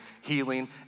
healing